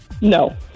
No